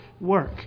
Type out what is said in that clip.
work